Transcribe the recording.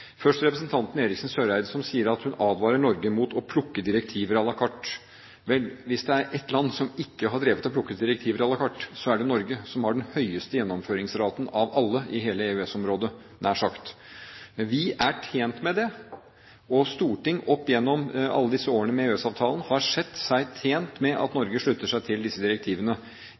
Først til representanten Eriksen Søreide, som sier at hun advarer Norge mot å «plukke direktiver à la carte». Vel, hvis det er ett land som ikke har drevet og plukket direktiver à la carte, så er det Norge, som har den høyeste gjennomføringsraten av alle i hele EØS-området – nær sagt. Vi er tjent med det, og storting opp gjennom alle disse årene med EØS-avtalen har sett seg tjent med at Norge slutter seg til disse direktivene,